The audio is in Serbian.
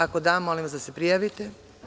Ako da, molim vas da se prijavite.